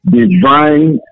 divine